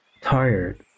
tired